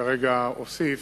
כרגע אוסיף,